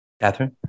Catherine